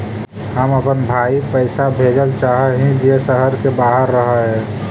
हम अपन भाई पैसा भेजल चाह हीं जे शहर के बाहर रह हे